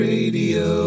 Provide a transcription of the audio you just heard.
Radio